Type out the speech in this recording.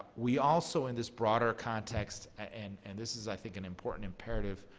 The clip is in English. we also, in this broader context and and this is, i think, an important imperative,